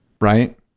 right